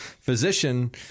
physician